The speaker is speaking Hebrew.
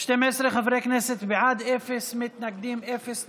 12 חברי כנסת בעד, אפס מתנגדים, אפס נמנעים.